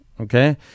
okay